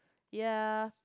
ya